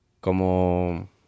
como